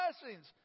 blessings